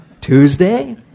Tuesday